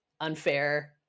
unfair